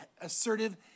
assertive